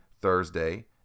Thursday